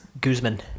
Guzman